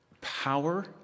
power